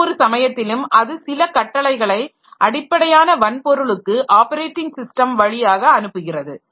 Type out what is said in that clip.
எந்த ஒரு சமயத்திலும் அது சில கட்டளைகளை அடிப்படையான வன்பொருளுக்கு ஆப்பரேட்டிங் ஸிஸ்டம் வழியாக அனுப்புகிறது